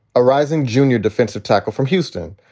a rising junior defensive tackle from houston.